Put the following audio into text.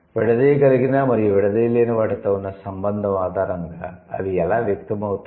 విడదీయగలిగిన మరియు విడదీయలేని వాటితో ఉన్న సంబంధం ఆధారంగా అవి ఎలా వ్యక్తమవుతాయి